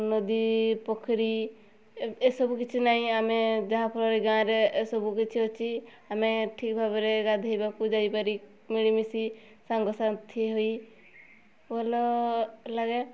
ନଦୀ ପୋଖରୀ ଏ ଏ ସବୁ କିଛି ନାହିଁ ଆମେ ଯାହାଫଳରେ ଗାଁ ରେ ଏ ସବୁ କିଛି ଅଛି ଆମେ ଠିକ ଭାବରେ ଗାଧେଇବାକୁ ଯାଇପାରୁ ମିଳିମିଶି ସାଙ୍ଗସାଥୀ ହୋଇ ଭଲ ଲାଗେ